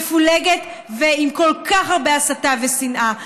מפולגת ועם כל כך הרבה הסתה ושנאה.